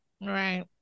Right